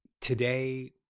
Today